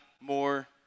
more